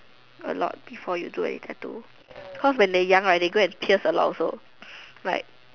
a lot before you do any tattoo cause when they young right they go and pierce a lot like